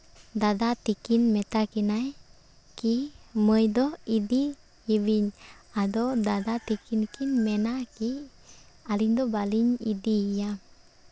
ᱫᱟᱫᱟ ᱛᱟᱠᱤᱱ ᱢᱮᱛᱟᱠᱤᱱᱟᱹᱭ ᱠᱤ ᱢᱟᱹᱭ ᱫᱚ ᱤᱫᱤᱭᱮᱵᱤᱱ ᱟᱫᱚ ᱫᱟᱫᱟ ᱛᱟᱠᱤᱱ ᱠᱤᱱ ᱢᱮᱱᱟ ᱠᱤ ᱟᱹᱞᱤᱧ ᱫᱚ ᱵᱟᱹᱞᱤᱧ ᱤᱫᱤᱭᱮᱭᱟ